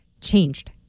changed